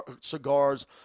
cigars